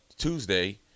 tuesday